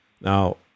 Now